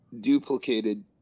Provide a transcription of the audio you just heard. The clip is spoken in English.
duplicated